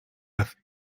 left